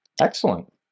Excellent